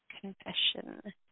Confession